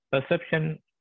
perception